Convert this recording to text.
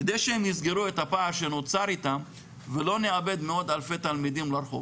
כדי שיסגרו את הפער שנוצר איתם ולא נאבד מאות אלפי תלמידים לרחוב.